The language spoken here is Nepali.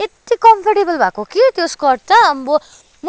यति कम्फर्टेबल भएको कि त्यो स्कर्ट त आम्भो